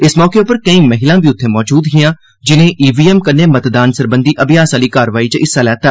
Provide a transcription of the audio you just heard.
इस मौके उप्पर केईं महिलां बी उत्थें मजूद हियां जिनें ईवीएम कन्नै मतदान सरबंधी अभ्यास आली कारवाई च हिस्सा लैता